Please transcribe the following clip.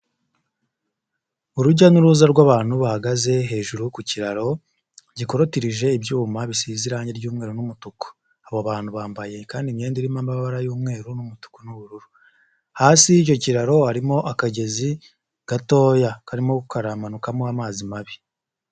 Urujya n'uruza rw'abantu bahagaze hejuru ku kiraro gikorotirije ibyuma bisize irange ry'umweru n'umutuku, abo bantu bambaye kandi imyenda irimo amabara y'umweru n'umutuku n'ubururu, hasi y'icyo kiraro harimo akagezi gatoya karimo karamanukamo amazi mabi.